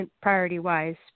priority-wise